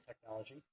technology